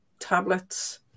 tablets